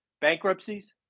bankruptcies